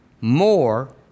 more